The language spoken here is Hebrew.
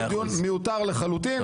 זה דיון מיותר לחלוטין.